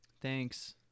Thanks